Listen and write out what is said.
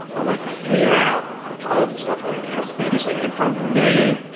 i want to clear out all of the stuff that i entered previously. and for me,